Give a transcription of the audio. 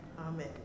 Amen